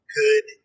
good